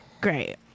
Great